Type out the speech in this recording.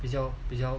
比较比较